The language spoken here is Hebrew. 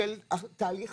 של תהליך